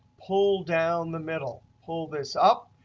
pull down the middle, pull this up,